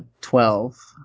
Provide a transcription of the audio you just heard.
twelve